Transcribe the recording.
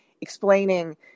explaining